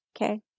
Okay